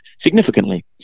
significantly